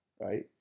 right